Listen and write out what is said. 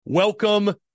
Welcome